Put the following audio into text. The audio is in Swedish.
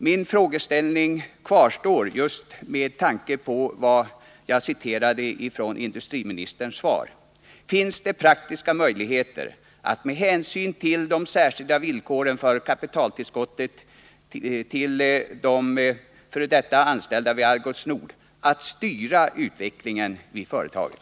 Min frågeställning kvarstår just med tanke på vad jag citerade från industriministerns svar: Finns det några praktiska möjligheter att med hänsyn till de särskilda villkoren för kapitaltillskottet till de f. d. anställda vid Algots Nord styra utvecklingen i företaget?